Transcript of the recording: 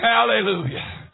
Hallelujah